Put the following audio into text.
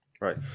Right